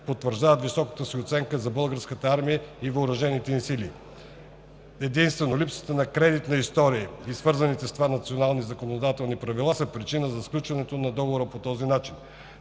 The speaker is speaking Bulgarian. потвърждават високата си оценка за Българската армия и въоръжените ни сили. Единствено липсата на кредитна история и свързаните с това национални законодателни правила са причина за сключването на Договора по този начин.